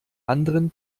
anderen